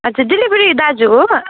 हजुर डिलिभरी दाजु हो